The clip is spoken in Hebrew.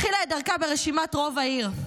התחילה את דרכה ברשימת רוב העיר,